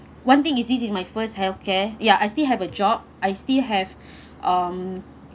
one thing is this is my first healthcare ya I still have a job I still have um